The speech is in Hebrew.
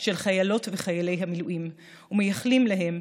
של חיילות וחיילי המילואים ומאחלים להם,